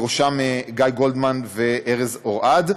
ובראשו גיא גולדמן וארז אורעד,